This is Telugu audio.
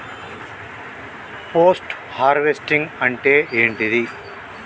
పోస్ట్ హార్వెస్టింగ్ అంటే ఏంటిది?